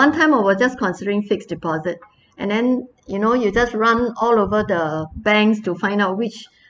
one time I were just considering fixed deposit and then you know you just run all over the banks to find out which